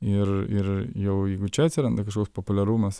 ir ir jau jeigu čia atsiranda kažkoks populiarumas